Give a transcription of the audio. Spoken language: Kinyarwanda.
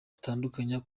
gutandukana